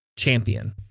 champion